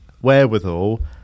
wherewithal